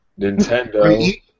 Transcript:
Nintendo